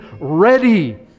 ready